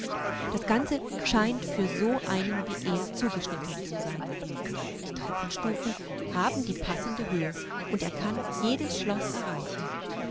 das ganze scheint für so einen wie er zugeschnitten zu sein die treppenstufen haben die passende höhe und er kann jedes schloß erreichen